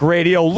Radio